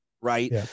Right